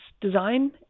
design